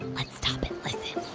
let's stop and listen